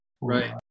right